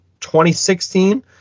2016